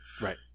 right